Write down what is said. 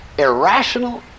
Irrational